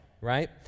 right